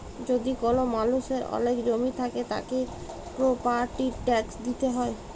যদি কল মালুষের ওলেক জমি থাক্যে, তাকে প্রপার্টির ট্যাক্স দিতে হ্যয়